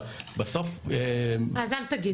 אבל בסוף באים מפגינים --- אז אל תגיד,